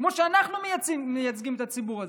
כמו שאנחנו מייצגים את הציבור הזה.